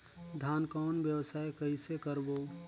धान कौन व्यवसाय कइसे करबो?